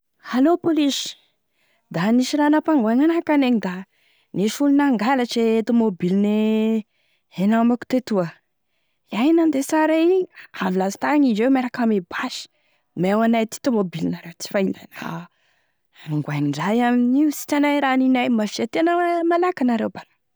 Allô polisy, da nisy raha nampangoaigny ana ka ineny da nisy olo nangalatry e tomobiline namako tetoa, iay nandeha sara igny avy lastagny indreo miaraka ame basy, omeo anay aty tomobilonareo toa fa ah angoaignin-draha iay amin'io sy hitanay e raha hanignay, mevia aty ane malaky anareo abany raha.